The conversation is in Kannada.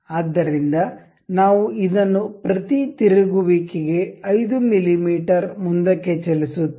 ಆದ್ದರಿಂದ ನಾವು ಇದನ್ನು ಪ್ರತಿ ತಿರುಗುವಿಕೆಗೆ 5 ಮಿಮೀ ಮುಂದಕ್ಕೆ ಚಲಿಸುತ್ತೇವೆ